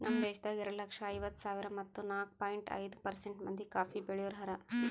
ನಮ್ ದೇಶದಾಗ್ ಎರಡು ಲಕ್ಷ ಐವತ್ತು ಸಾವಿರ ಮತ್ತ ನಾಲ್ಕು ಪಾಯಿಂಟ್ ಐದು ಪರ್ಸೆಂಟ್ ಮಂದಿ ಕಾಫಿ ಬೆಳಿಯೋರು ಹಾರ